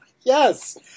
Yes